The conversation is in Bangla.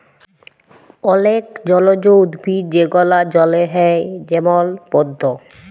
অলেক জলজ উদ্ভিদ যেগলা জলে হ্যয় যেমল পদ্দ